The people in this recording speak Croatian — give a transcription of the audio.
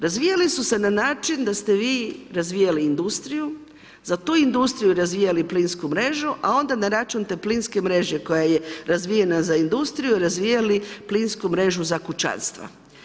Razvijale su se na način da ste vi razvijali industriju, za tu industriju razvijali plinsku mrežu a onda na račun te plinske mreže koja je razvijena za industriju, razvijali plinsku mrežu za kućanstva.